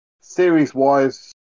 Series-wise